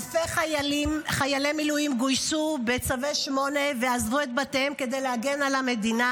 אלפי חיילי מילואים גויסו בצווי 8 ועזבו את בתיהם כדי להגן על המדינה.